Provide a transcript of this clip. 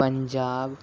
Punjab